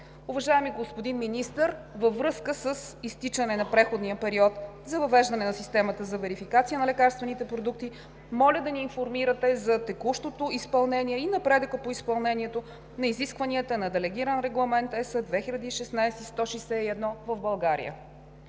Уважаеми господин Министър, във връзка с изтичане на преходния период за въвеждане на системата за верификация на лекарствените продукти моля да ни информирате за текущото изпълнение и напредъка по изпълнението на изискванията на Делегиран регламент ЕС/2016/161 в България.